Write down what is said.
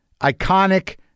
Iconic